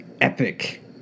epic